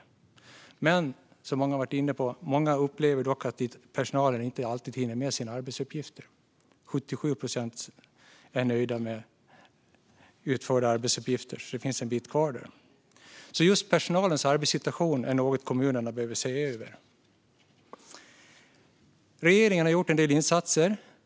Som vissa har varit inne på upplever dock många att personalen inte alltid hinner med sina arbetsuppgifter. Det är 77 procent som är nöjda med utförda arbetsuppgifter, så där är det en bit kvar. Just personalens arbetssituation är därför något som kommunerna behöver se över. Regeringen har gjort en del insatser.